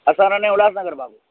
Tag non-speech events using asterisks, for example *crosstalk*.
असां रहंदा आहियूं उल्हासनगर *unintelligible*